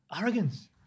arrogance